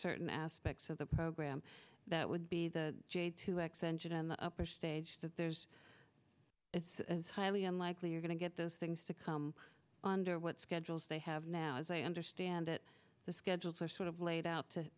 certain aspects of the program that would be the j two x engine and the upper stage that there's it's highly unlikely you're going to get those things to come what schedules they have now as i understand it the schedules are sort of laid out to